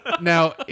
now